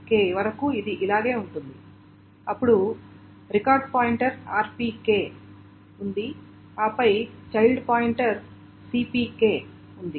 keyk వరకు ఇది ఇలాగే ఉంటుంది అప్పుడు రికార్డ్ పాయింటర్ rpk ఉంది ఆపై చైల్డ్ పాయింటర్ cpk ఉంది